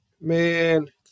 man